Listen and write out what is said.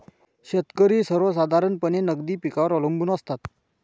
शेतकरी सर्वसाधारणपणे नगदी पिकांवर अवलंबून असतात